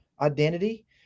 identity